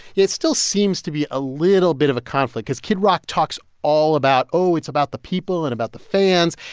it still seems to be a little bit of a conflict because kid rock talks all about oh, it's about the people and about the fans.